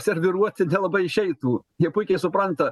serviruoti nelabai išeitų jie puikiai supranta